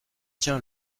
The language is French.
tiens